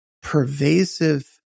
pervasive